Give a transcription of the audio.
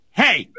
hey